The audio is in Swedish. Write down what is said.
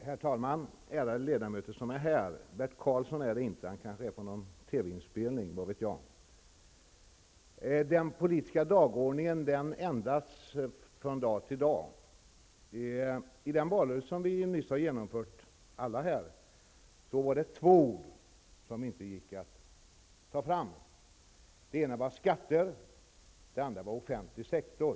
Herr talman! Ärade ledamöter, som är närvarande! Bert Karlsson är det inte. Han kanske är på någon TV-inspelning -- vad vet jag. Den politiska dagordningen ändras från dag till dag. I den valrörelse som vi alla här nyss har genomfört var det två ord som inte gick att föra fram. Det ena ordet var skatter. Det andra ordet var offentlig sektor.